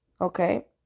Okay